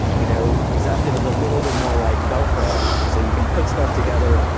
you know exaptive is a little bit more like velcro. so you can put stuff together,